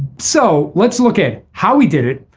so let's look at how he did it.